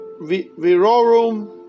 virorum